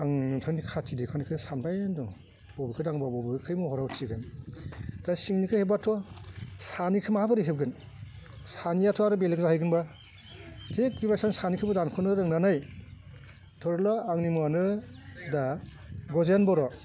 आंनि नोंथांनि खाथि दैखांनायखौ सानबायानो दं बबेखौ दांबा बबेखै महरा उथिगोन दा सिंनिफ्राय हेब्बाथ' सानिखौ माबोरै हेबगोन सानियाथ' आरो बेलेग जाहैगोनबा थिख बेबायसानो सानिखौबो दानख'नो रोंनानै थारला आंनि मुङानो दा गजेन बर'